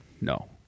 No